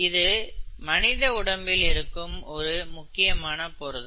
இது மனித உடம்பில் இருக்கும் ஒரு முக்கியமான புரதம்